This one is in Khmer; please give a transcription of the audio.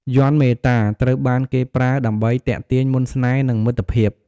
យ័ន្តមេត្តា ត្រូវបានគេប្រើដើម្បីទាក់ទាញមន្តស្នេហ៍ និងមិត្តភាព។